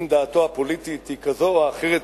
אם דעתו הפוליטית היא כזאת או אחרת,